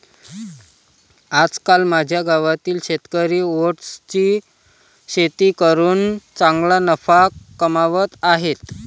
आजकाल माझ्या गावातील शेतकरी ओट्सची शेती करून चांगला नफा कमावत आहेत